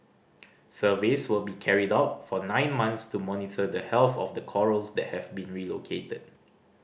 surveys will be carried out for nine months to monitor the health of the corals that have been relocated